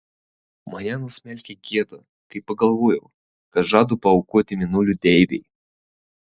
mane nusmelkė gėda kai pagalvojau ką žadu paaukoti mėnulio deivei